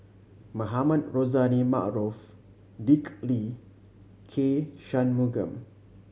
Mohamed Rozani Maarof Dick Lee K Shanmugam